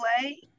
Play